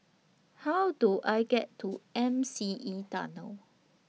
How Do I get to M C E Tunnel